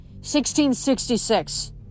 1666